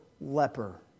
leper